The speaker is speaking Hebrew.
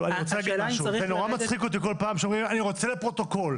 זה נורא מצחיק אותי כל פעם כשאומרים אני רוצה פרוטוקול.